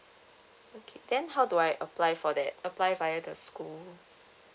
okay then how do I apply for that apply via the school